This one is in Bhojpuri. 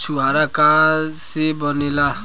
छुआरा का से बनेगा?